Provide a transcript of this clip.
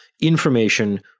information